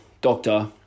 doctor